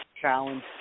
Challenge